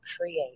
create